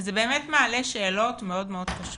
וזה באמת מעלה שאלות מאוד מאוד קשות.